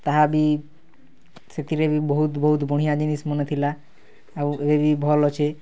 ତାହା ବି ସେଥିରେ ବି ବହୁତ୍ ବହୁତ୍ ବଢ଼ିଆଁ ଜିନିଷ୍ମନେ ଥିଲା ଆଉ ଇ ବି ଭଲ୍ ଅଛେ